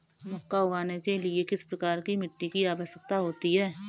मक्का उगाने के लिए किस प्रकार की मिट्टी की आवश्यकता होती है?